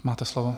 Máte slovo.